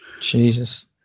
jesus